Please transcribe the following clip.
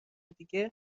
دیگه